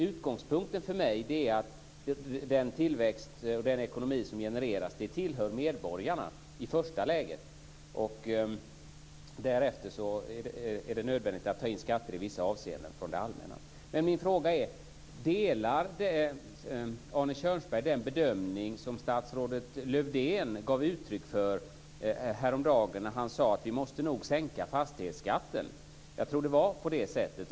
Utgångspunkten för mig är att den tillväxt och den ekonomi som genereras tillhör medborgarna i första läget. Därefter är det nödvändigt att ta in skatter i vissa avseenden för det allmänna. Men min fråga är: Delar Arne Kjörnsberg den bedömning som statsrådet Lövdén gav uttryck för häromdagen när han sade att vi nog måste sänka fastighetsskatten? Jag tror att det var på det sättet.